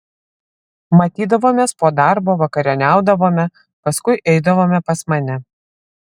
matydavomės po darbo vakarieniaudavome paskui eidavome pas mane